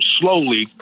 slowly